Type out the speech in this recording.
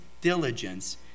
diligence